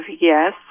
yes